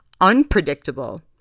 unpredictable